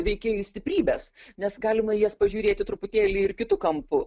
veikėjų stiprybes nes galima į jas pažiūrėti truputėlį ir kitu kampu